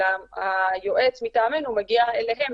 אלא היועץ מטעמנו מגיע אליהם,